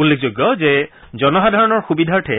উল্লেখযোগ্য যে জনসাধাৰণৰ সুবিধাৰ্থে